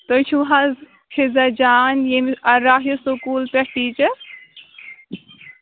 تُہۍ چھُو حظ فِزا جان ییٚمہِ راہِ سکوٗل پٮ۪ٹھ ٹیٖچر